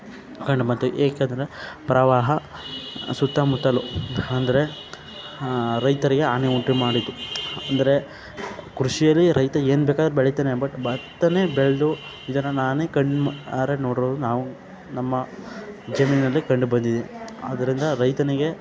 ಕಂಡು ಬಂತು ಏಕೆಂದರೆ ಪ್ರವಾಹ ಸುತ್ತಮುತ್ತಲು ಅಂದ್ರೆ ರೈತರಿಗೆ ಹಾನಿ ಉಂಟು ಮಾಡಿತು ಅಂದರೆ ಕೃಷಿಯಲ್ಲಿ ರೈತ ಏನು ಬೇಕಾದರೂ ಬೆಳಿತಾನೆ ಬಟ್ ಭತ್ತನೇ ಬೆಳೆದು ಇದನ್ನು ನಾನೇ ಕಣ್ಣಾರೆ ನೋಡಿರೋರು ನಾವು ನಮ್ಮ ಜಮೀನಲ್ಲಿ ಕಂಡುಬಂದಿದೆ ಆದ್ದರಿಂದ ರೈತನಿಗೆ